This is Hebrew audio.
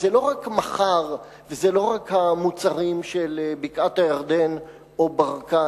אז זה לא רק מחר וזה לא רק המוצרים של בקעת-הירדן או ברקן.